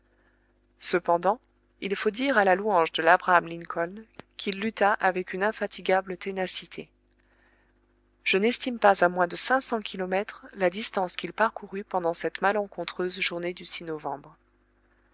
cependant il faut dire à la louange de labraham lincoln qu'il lutta avec une infatigable ténacité je n'estime pas à moins de cinq cents kilomètres la distance qu'il parcourut pendant cette malencontreuse journée du novembre